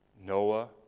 Noah